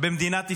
במדינת ישראל.